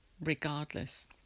regardless